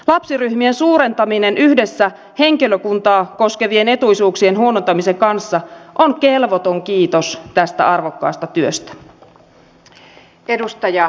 lapsiryhmien suurentaminen yhdessä henkilökuntaa koskevien etuisuuksien huonontamisen kanssa on kelvoton kiitos tästä arvokkaasta työstä